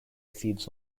feeds